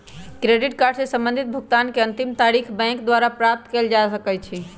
credit card से संबंधित भुगतान के अंतिम तारिख बैंक द्वारा प्राप्त कयल जा सकइ छइ